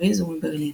מפריז ומברלין